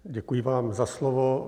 Děkuji vám za slovo.